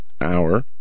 hour